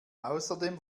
außerdem